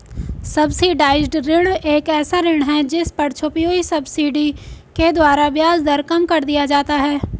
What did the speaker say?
subsidised ऋण एक ऐसा ऋण है जिस पर छुपी हुई सब्सिडी के द्वारा ब्याज दर कम कर दिया जाता है